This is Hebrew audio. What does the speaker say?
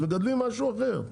אז מגדלים משהו אחר.